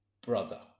brother